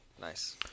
Nice